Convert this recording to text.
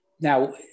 Now